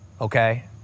okay